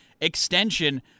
extension